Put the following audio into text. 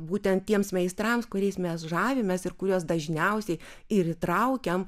būtent tiems meistrams kuriais mes žavimės ir kuriuos dažniausiai ir įtraukiam